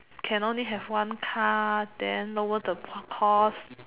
can only have one car then lower the cost